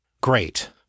Great